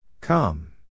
Come